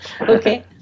Okay